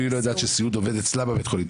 לא יודעת שסיעוד עובד אצלה בבית חולים.